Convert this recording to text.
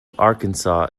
arkansas